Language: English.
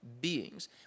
beings